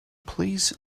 please